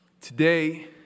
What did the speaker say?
Today